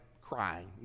crying